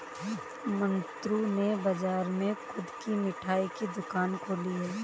मन्नू ने बाजार में खुद की मिठाई की दुकान खोली है